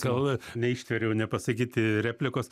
gal neištvėriau nepasakyti replikos